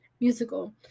musical